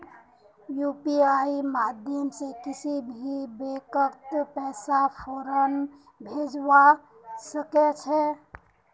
यूपीआईर माध्यम से किसी भी बैंकत पैसा फौरन भेजवा सके छे